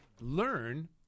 learn